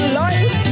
life